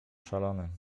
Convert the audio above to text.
szalony